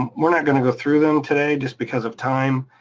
we're not gonna go through them today just because of time,